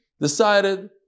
decided